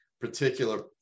particular